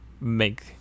make